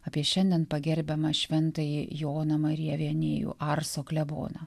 apie šiandien pagerbiamą šventąjį joną mariją venėjų arso kleboną